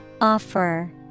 Offer